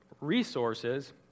resources